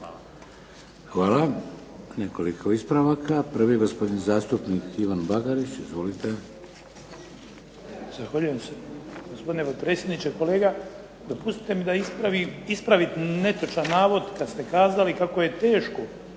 (HDZ)** Hvala. Nekoliko ispravaka. Prvi, gospodin zastupnik Ivan Bagarić. Izvolite. **Bagarić, Ivan (HDZ)** Zahvaljujem se gospodine potpredsjedniče. Kolega, dopustite mi da ispravim netočan navod kad ste kazali kako je teško